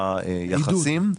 בנושא היחסים.